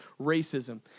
racism